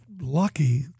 lucky